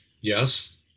Yes